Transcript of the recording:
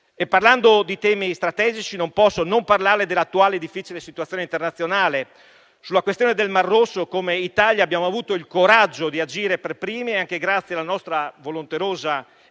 Parlando di temi strategici, non posso non parlare dell'attuale difficile situazione internazionale. Sulla questione del mar Rosso, come Italia abbiamo avuto il coraggio di agire per primi e anche grazie alla nostra volonterosa e valorosa